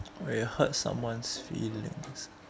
when you hurt someone's feelings